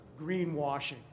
greenwashing